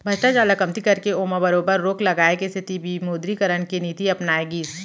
भस्टाचार ल कमती करके ओमा बरोबर रोक लगाए के सेती विमुदरीकरन के नीति अपनाए गिस